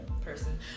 person